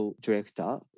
director